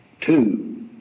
two